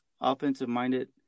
offensive-minded